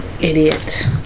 Idiot